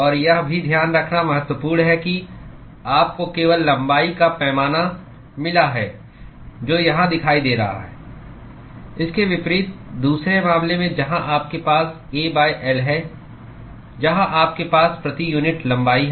और यह भी ध्यान रखना महत्वपूर्ण है कि आपको केवल लंबाई का पैमाना मिला है जो यहां दिखाई दे रहा है इसके विपरीत दूसरे मामले में जहां आपके पास A l है जहां आपके पास प्रति यूनिट लंबाई है